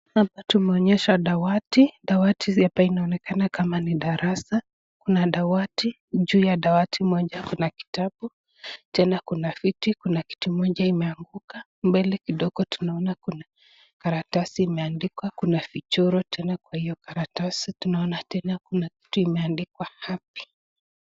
Hapa tumeonyeshwa dawati dawati hapa inaonekana kama ni darasa. Kuna dawati juu ya dawati moja kuna kitabu tena kuna viti kuna kitabu moja imeanguka. Mbele kidogo tunaona kuna karatasi imeandikwa kuna vichoro tena kuna hiyo karatasi tunaoana tena kuna kitu imeandikwa hapo.